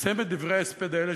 לסיים את דברי ההספד האלה,